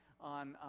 on